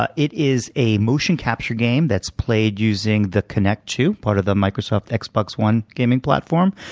ah it is a motion capture game that's played using the connect two, part of the microsoft xbox one gaming platform,